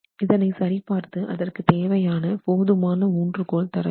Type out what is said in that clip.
இதனை சரி பார்த்து அதற்கு தேவையான போதுமான ஊன்றுகோல் அளவு மற்றும் எண்ணிக்கை தரவேண்டும்